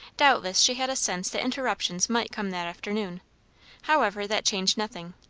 doubtless she had a sense that interruptions might come that afternoon however, that changed nothing.